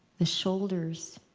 the shoulders